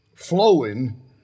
flowing